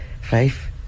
Five